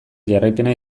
jarraipena